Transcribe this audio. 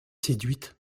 séduite